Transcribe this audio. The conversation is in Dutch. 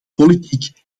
politiek